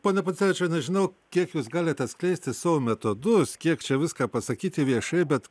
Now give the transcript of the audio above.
pone puncevičiau nežinau kiek jūs galite atskleisti savo metodus kiek čia viską pasakyti viešai bet